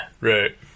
Right